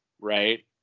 right